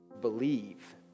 believe